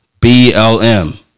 BLM